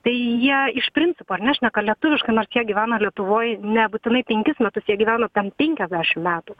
tai jie iš principo ir nešneka lietuviškai nors jie gyvena lietuvoj nebūtinai penkis metus jie gyvena ten penkiasdešimt metų